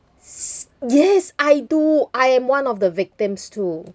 yes I do I am one of the victims too